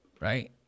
right